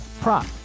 prop